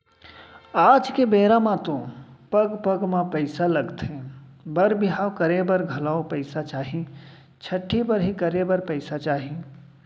आज के बेरा म तो पग पग म पइसा लगथे बर बिहाव करे बर घलौ पइसा चाही, छठ्ठी बरही करे बर पइसा चाही